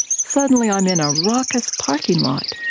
suddenly i'm in a raucous parking lot.